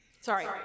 Sorry